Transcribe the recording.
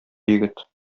егет